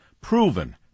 proven